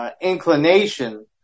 Inclination